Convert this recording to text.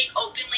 openly